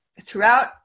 throughout